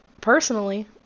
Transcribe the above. personally